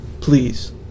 please